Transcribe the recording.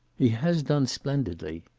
he has done splendidly,